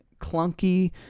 clunky